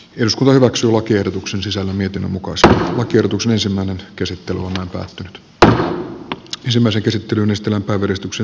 eduskunta hyväksyy lakiehdotuksen sisällä miten mukaansa tiedotuksen ensimmäinen käsittely on päättynyt johonkin hyvään tarkoitukseen laitetaan